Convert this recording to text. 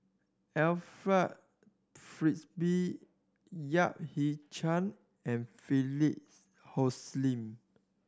Alfred Frisby Yap Ee Chian and Philip